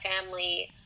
family